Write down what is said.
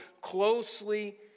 closely